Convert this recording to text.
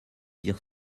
dire